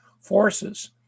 forces